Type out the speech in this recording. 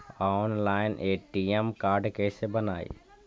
Online ATM card कैसे बनाई?